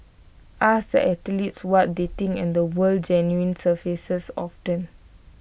ask the athletes what they think and the word genuine surfaces often